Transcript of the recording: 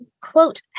Quote